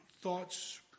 thoughts